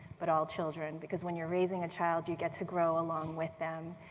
but all children. because when you are raising a child you get to grow along with them.